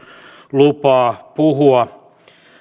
lupaa puhua